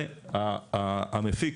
והמפיק,